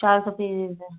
चार सौ पेजेज हैं